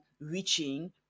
reaching